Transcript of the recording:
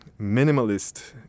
minimalist